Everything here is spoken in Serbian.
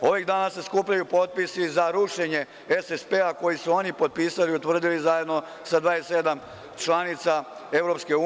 Ovih dana se skupljaju potpisi za rušenje SSP koji su oni potpisali, utvrdili zajedno sa 27 članica EU.